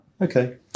Okay